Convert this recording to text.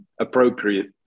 appropriate